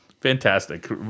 fantastic